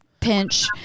pinch